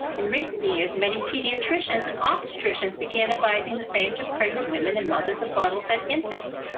in recent years, many pediatricians and obstetricians began advising the same to pregnant women and mothers of bottle-fed infants.